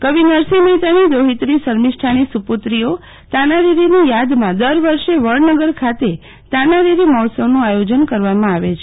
કવિ નરસિંહ મહેતાની દૌહિત્રી શર્મિષ્ઠાની સુપુત્રીઓ તાના રીરીની યાદમાં દર વર્ષે વડનગર ખાતે તાના રીરી મહોત્સવનું આયોજન કરવામાં આવે છે